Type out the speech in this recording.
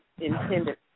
intended